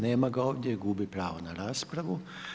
Nema ga ovdje, gubi pravo na raspravu.